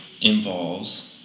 involves